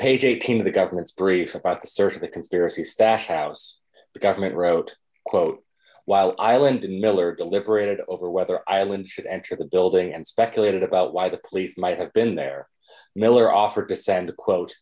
page eighteen of the government's brief about the search of the conspiracy stash house the government wrote quote while island miller deliberated over whether island should enter the building and speculated about why the police might have been there miller offered to send a quote